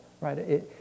right